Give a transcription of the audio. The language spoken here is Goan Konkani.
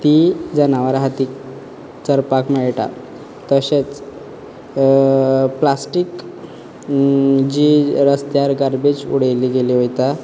ती जनावरां खातीर चरपाक मेळटा तशेंच प्लास्टीक जी रस्त्यार गारबेज उडयली गेली वता